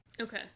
Okay